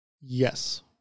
Yes